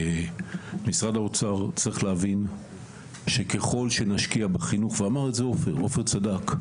משרד האוצר צריך להבין שככל שנשקיע בחינוך ואמר את זה עפר בצדק: